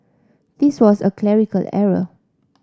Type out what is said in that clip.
this was a clerical error